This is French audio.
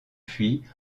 puits